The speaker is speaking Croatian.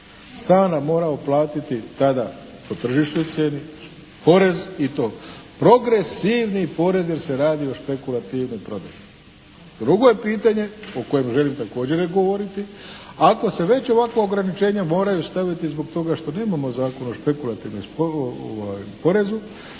stana morao platiti tada po tržišnoj cijeni porez i to progresivni porez jer se radi o špekulativnoj prodaji. Drugo je pitanje o kojem želim također govoriti, ako se već ovakva ograničenja moraju staviti zbog toga što nemamo Zakon o špekulativnom porezu